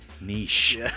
niche